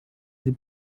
the